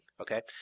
Okay